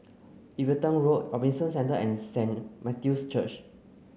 Everton Road Robinson Centre and Saint Matthew's Church